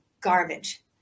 garbage